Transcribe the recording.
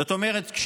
זאת אומרת,